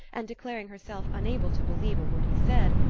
and declaring herself unable to believe a word he said,